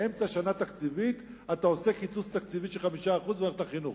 באמצע שנה תקציבית אתה עושה קיצוץ תקציבי של 5% במערכת החינוך.